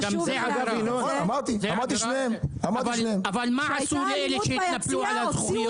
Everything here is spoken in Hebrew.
אבל מה עשו לאלה שהתנפלו על הזכוכיות?